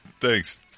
Thanks